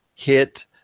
hit